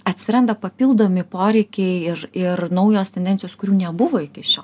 atsiranda papildomi poreikiai ir ir naujos tendencijos kurių nebuvo iki šiol